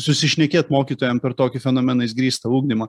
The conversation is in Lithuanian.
susišnekėt mokytojam per tokį fenomenais grįstą ugdymą